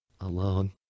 alone